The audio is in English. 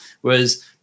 whereas